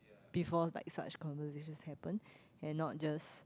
before like such conversations happen and not just